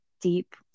deep